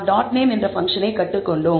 name என்ற பங்க்ஷனை கற்றுக்கொண்டோம்